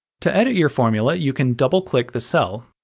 to edit your formula, you can double-click the cell.